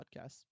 podcasts